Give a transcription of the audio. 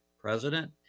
President